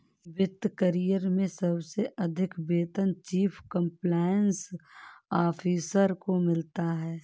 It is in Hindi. वित्त करियर में सबसे अधिक वेतन चीफ कंप्लायंस ऑफिसर को मिलता है